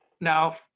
now